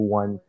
one